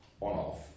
On-off